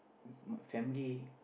family